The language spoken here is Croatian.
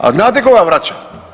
A znate tko ga vraća?